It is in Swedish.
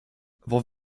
vad